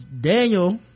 Daniel